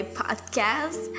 podcast